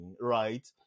right